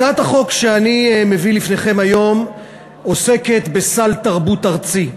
הצעת החוק שאני מביא לפניכם היום עוסקת בסל תרבות ארצי,